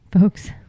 folks